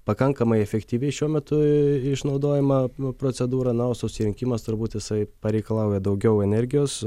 pakankamai efektyvi šiuo metu išnaudojama procedūra na o susirinkimas turbūt jisai pareikalauja daugiau energijos